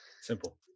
Simple